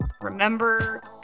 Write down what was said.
remember